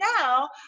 now